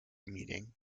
meeting